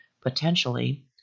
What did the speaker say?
potentially